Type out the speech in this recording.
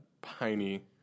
piney